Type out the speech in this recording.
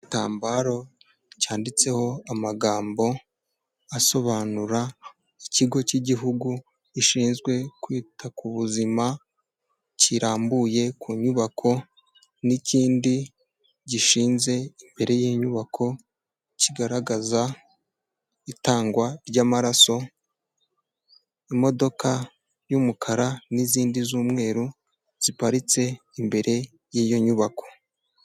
Igitambaro cyanditseho amagambo asobanura ikigo cy'igihugu gishinzwe kwita ku buzima kirambuye ku nyubako, n'ikindi gishinze imbere y'inyubako kigaragaza itangwa ry'amaraso, imodoka y'umukara n'izindi z 'umweru ziparitse imbere y'iyo nyubako.